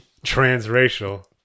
transracial